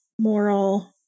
moral